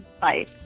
Bye